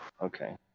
Okay